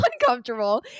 uncomfortable